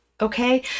okay